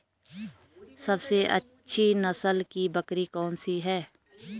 सबसे अच्छी नस्ल की बकरी कौन सी है?